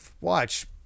watch